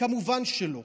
כמובן שלא.